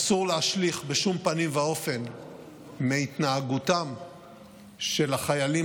אסור להשליך בשום פנים ואופן מהתנהגותם של החיילים